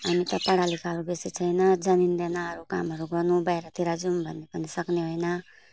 हामी त पढालेखाहरू बेसी छैन जानिँदैन अरू कामहरू गर्नु बाहिरतिर जाऊँ भने पनि सक्ने होइन